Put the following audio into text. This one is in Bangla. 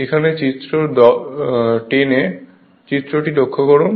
এখানে চিত্র 10 এর চিহ্নটি লক্ষ্য করুন